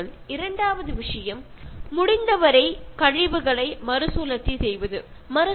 അതുപോലെ രണ്ടാമത്തെ പ്രധാനപ്പെട്ട കാര്യം പാഴ് വസ്തുക്കളിൽ നിന്നും കഴിയുന്നത്ര പുനരുല്പാദനം നടത്തുക എന്നതാണ്